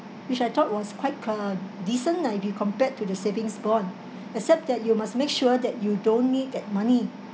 which I thought was quite uh decent nah if you compared to the savings bond except that you must make sure that you don't need that money